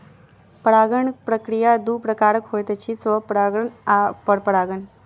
परागण प्रक्रिया दू प्रकारक होइत अछि, स्वपरागण आ परपरागण